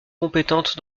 compétente